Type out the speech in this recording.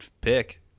pick